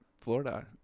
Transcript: Florida